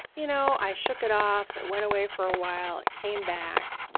you know, i shook it off. it went away for a while. it came back.